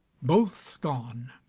both gone.